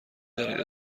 دانید